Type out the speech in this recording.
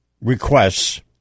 requests